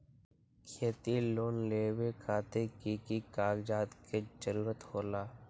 खेती लोन लेबे खातिर की की कागजात के जरूरत होला?